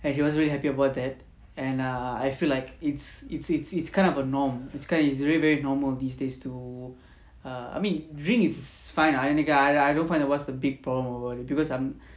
and she wasn't happy about that and err I feel like it's it's it's it's kind of a norm it's quite it's very normal these days to err I mean drink it's fine lah I I don't find that what's the big problem about it because I'm